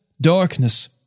darkness